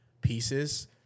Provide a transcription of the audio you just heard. pieces